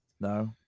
No